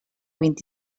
vint